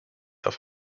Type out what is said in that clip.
auf